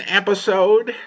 episode